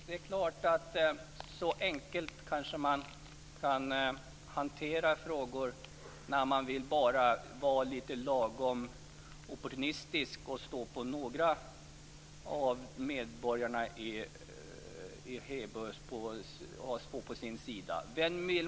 Fru talman! Så enkelt kanske man kan hantera frågor när man bara vill vara lite lagom opportunistisk och stå på några av medborgarnas i Heby sida.